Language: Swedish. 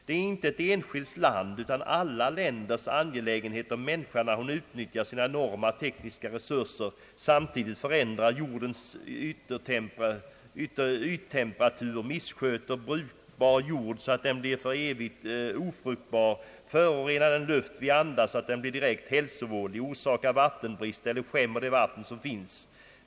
Det är inte ett enskilt lands utan alla länders angelägenhet om människan när hon utnyttjar sina enorma tekniska resurser samtidigt förändrar jordens yttemperatur, missköter brukbar jord så att den blir för evigt ofruktbar, förorenar den luft vi andas så att den blir direkt hälsovådlig, orsakar vattenbrist eller skämmer det vatten som finns.